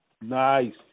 Nice